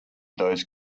those